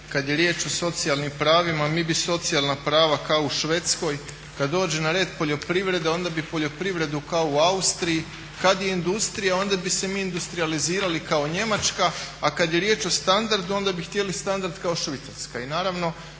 kad je riječ o socijalnim pravima mi bi socijalna prava kao u Švedskoj, kad dođe na red poljoprivreda onda bi poljoprivredu kao u Austriji, kad je industrija onda bi se mi industrijalizirali kao Njemačka a kad je riječ o standardu onda bi htjeli standard kao Švicarska.